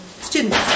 students